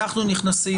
אנחנו נכנסים?